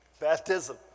baptism